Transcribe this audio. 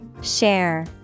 Share